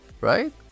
right